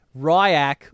Ryak